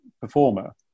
performer